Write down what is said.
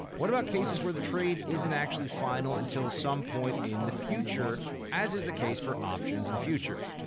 what about cases where the trade isn't actually final until some point in the future as is the case for options and futures?